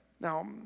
Now